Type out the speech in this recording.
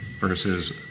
versus